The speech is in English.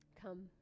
Come